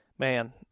Man